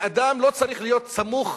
אדם לא צריך להיות סמוך